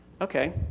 Okay